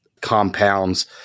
compounds